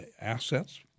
assets